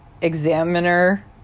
examiner